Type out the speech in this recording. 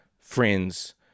friends